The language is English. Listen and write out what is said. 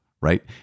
right